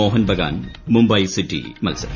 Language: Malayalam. മോഹൻബഗാൻ മുംബൈ സിറ്റി മത്സരം